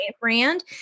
brand